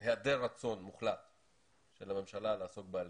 שיש היעדר רצון מוחלט של הממשלה לעסוק בעלייה.